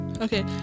Okay